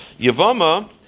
Yavama